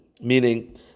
meaning